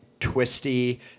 twisty